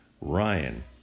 Ryan